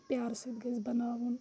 پیارٕ سۭتۍ گژھِ بَناوُن